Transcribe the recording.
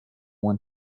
went